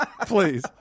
please